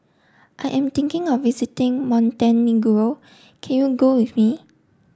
I am thinking of visiting Montenegro can you go with me